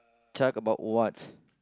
talk about what